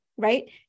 right